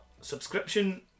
subscription